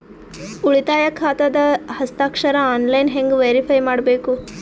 ಉಳಿತಾಯ ಖಾತಾದ ಹಸ್ತಾಕ್ಷರ ಆನ್ಲೈನ್ ಹೆಂಗ್ ವೇರಿಫೈ ಮಾಡಬೇಕು?